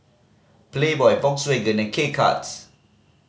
Playboy Volkswagen and K Cuts